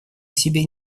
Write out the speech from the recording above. себе